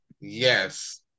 Yes